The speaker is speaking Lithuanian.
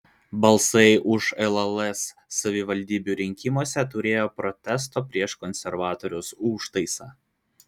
balsai už lls savivaldybių rinkimuose turėjo protesto prieš konservatorius užtaisą